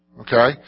okay